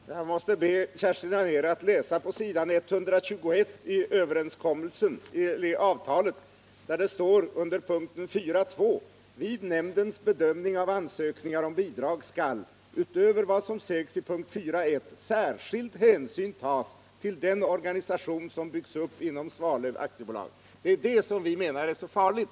Herr talman! Jag måste be Kerstin Anér att läsa vad som står i avtalet under punkten 4.2: ”Vid Nämndens bedömning av ansökningar om bidrag skall, utöver vad som sägs i punkt 4.1, särskild hänsyn tas till den organisation som byggts upp inom Svalöf AB.” Det är detta som vi menar är så farligt.